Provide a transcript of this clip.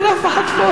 אין אף אחד פה.